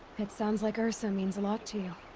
it sounds like ersa means a lot to you.